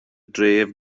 dref